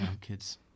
Kids